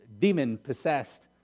demon-possessed